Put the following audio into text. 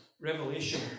revelation